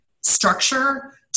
structure